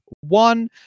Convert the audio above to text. one